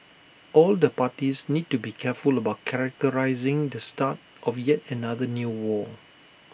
all the parties need to be careful about characterising the start of yet another new war